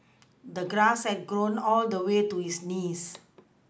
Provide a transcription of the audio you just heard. the grass had grown all the way to his knees